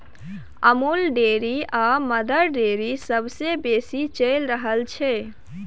Amul dairy आ Mother Dairy सबसँ बेसी चलि रहल छै